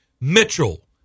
Mitchell